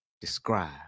describe